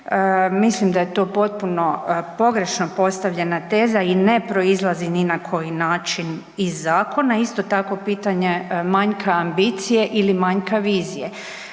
Mislim da je to potpuno pogrešno postavljena teza i ne proizlazi ni na koji način iz zakona. Isto tako pitanje manjka ambicije ili manjka vizije.